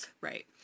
Right